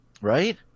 Right